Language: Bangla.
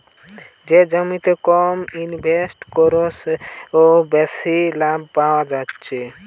যে জমিতে কম ইনভেস্ট কোরে বেশি লাভ পায়া যাচ্ছে